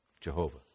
Jehovah